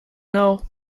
know